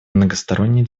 многосторонней